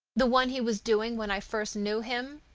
the one he was doing when i first knew him?